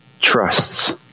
trusts